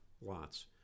lots